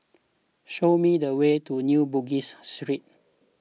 show me the way to New Bugis Street